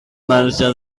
marge